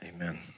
amen